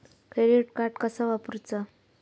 Credit card कसा वापरूचा?